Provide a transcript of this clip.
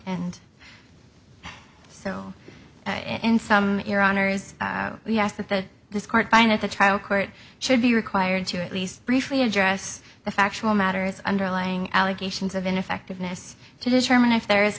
and so in some iran or is that the this court and at the trial court should be required to at least briefly address the factual matters underlying allegations of ineffectiveness to determine if there is